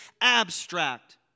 abstract